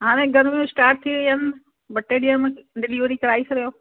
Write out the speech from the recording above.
हाणे गर्मियूं स्टाट थी वई आहिनि ॿ टे ॾींहं में डिलीवरी कराइ छॾियो